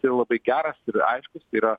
tai labai geras ir aiškus yra